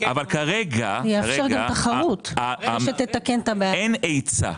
אבל כרגע אין היצע.